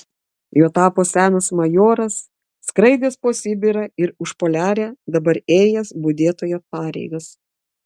juo tapo senas majoras skraidęs po sibirą ir užpoliarę dabar ėjęs budėtojo pareigas